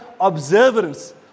observance